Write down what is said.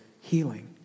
healing